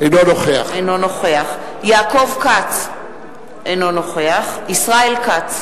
אינו נוכח יעקב כץ אינו נוכח ישראל כץ,